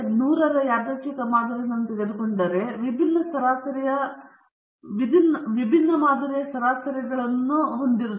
ನೀವು ನೂರರ ಯಾದೃಚ್ಛಿಕ ಮಾದರಿಗಳನ್ನು ತೆಗೆದುಕೊಂಡರೆ ಮಾದರಿಗಳು ವಿಭಿನ್ನ ಮಾದರಿಯ ಸರಾಸರಿಗಳನ್ನು ಸರಿಯಾಗಿ ಹೊಂದಿವೆ